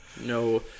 No